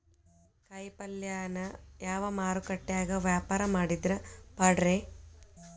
ಕಾಯಿಪಲ್ಯನ ಯಾವ ಮಾರುಕಟ್ಯಾಗ ವ್ಯಾಪಾರ ಮಾಡಿದ್ರ ಪಾಡ್ರೇ?